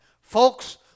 Folks